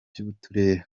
by’uturere